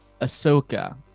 Ahsoka